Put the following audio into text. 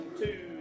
two